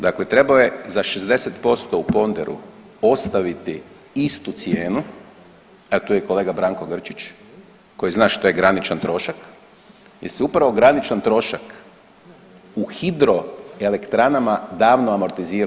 Dakle, trebao je za 60% u ponderu ostaviti istu cijenu, a tu je i kolega Branko Grčić koji zna što je graničan trošak jer se upravo graničan trošak u hidro elektranama davno amortizirao.